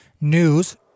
news